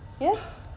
Yes